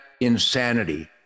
insanity